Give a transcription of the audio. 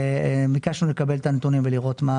וביקשנו לקבל את הנתונים ולראות מה